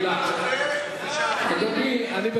אז גם אני רוצה משם.